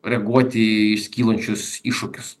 reaguoti į iškylančius iššūkius